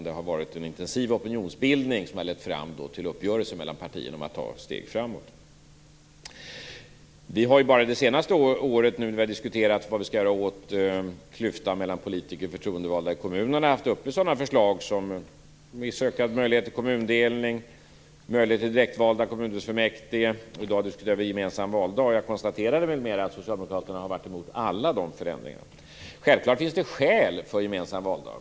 Det har varit en intensiv opinionsbildning som har lett fram till uppgörelser mellan partierna om att ta steg framåt. Bara under det senaste året när vi har diskuterat vad vi skall göra åt klyftan mellan politiker och förtroendevalda i kommunerna har vi tagit upp förslag om viss ökad möjlighet till kommundelning, möjlighet till direktvalda kommundelsfullmäktige, och i dag diskuterar vi gemensam valdag. Jag konstaterade mer att Socialdemokraterna har varit emot alla dessa förändringar. Självklart finns det skäl för en gemensam valdag.